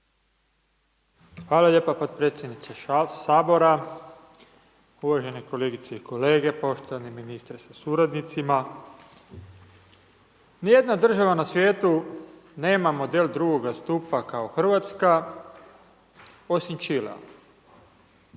Hvala lijepa potpredsjedniče Sabora, uvažene kolegice i kolege, poštovani ministre sa suradnicima. Ni jedna država na svijetu nema model drugoga stupa kao Hrvatska osim Čilea.